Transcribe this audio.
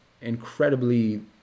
incredibly